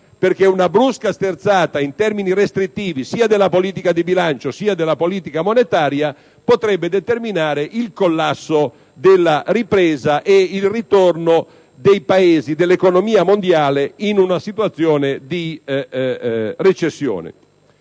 perché una brusca sterzata in termini restrittivi sia della politica di bilancio sia della politica monetaria potrebbe determinare il collasso della ripresa e il ritorno dell'economia mondiale in una situazione di recessione.